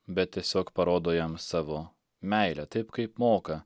bet tiesiog parodo jam savo meilę taip kaip moka